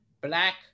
black